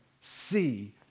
see